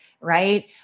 right